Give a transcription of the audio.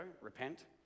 repent